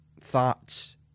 thoughts